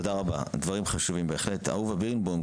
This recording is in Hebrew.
אהובה בירנבאום,